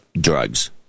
drugs